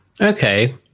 okay